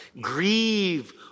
Grieve